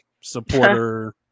supporter